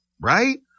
right